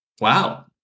Wow